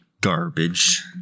garbage